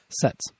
sets